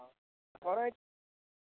कह रहे हैं